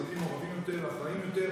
אזרחים מעורבים יותר, אחראיים יותר,